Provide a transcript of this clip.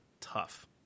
tough